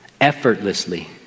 effortlessly